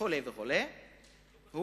עם